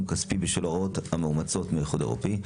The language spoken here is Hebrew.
כספי בשל הוראות המאומצות מאיחוד האירופי,